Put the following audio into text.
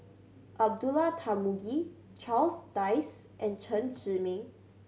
Abdullah Tarmugi Charles Dyce and Chen Zhiming